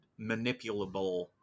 manipulable